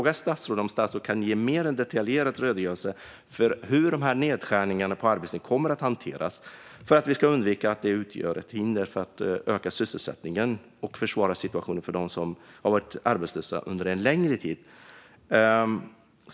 Kan statsrådet ge en mer detaljerad redogörelse av hur dessa nedskärningar på Arbetsförmedlingen kommer att hanteras för att undvika att de utgör ett hinder för att öka sysselsättningen och försvårar situationen för dem som har varit arbetslösa under en längre tid?